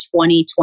2020